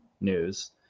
news